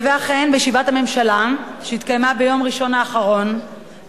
בישיבת הממשלה שהתקיימה ביום ראשון האחרון,